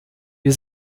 wir